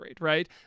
right